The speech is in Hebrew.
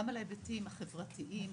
גם על ההיבטים החברתיים,